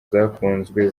zakunzwe